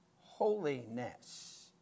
holiness